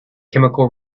chemical